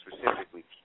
specifically